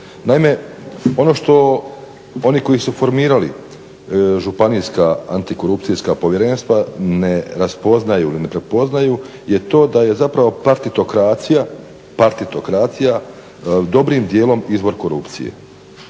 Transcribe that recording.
Naime, ono što oni koji su formirali županijska antikorupcijska povjerenstva ne raspoznaju i ne prepoznaju je to da je zapravo partitokracija dobrim dijelom izvor korupcije.